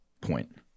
point